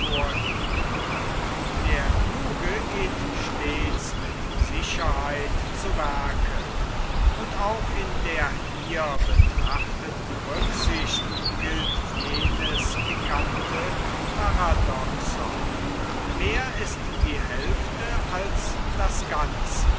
hervorhebt der kluge geht stets mit sicherheit zu werke und auch in der hier betrachteten rücksicht gilt jenes pikante paradoxon mehr ist die hälfte als das ganze